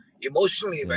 emotionally